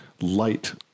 light